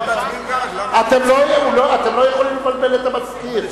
הם מצביעים בעד, אתם לא יכולים לבלבל את המזכיר.